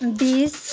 बिस